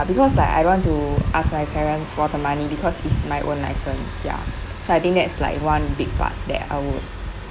because like I don't want to ask my parents for the money because it's my own license ya so I think that's like one big part that I would